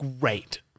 great